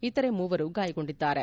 ಇತರೆ ಮೂವರು ಗಾಯಗೊಂಡಿದ್ದಾರೆ